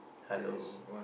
halo